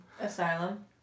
asylum